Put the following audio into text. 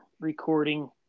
recording